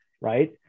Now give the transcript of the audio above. right